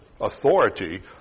authority